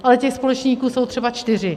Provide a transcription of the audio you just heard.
Ale těch společníků jsou třeba čtyři.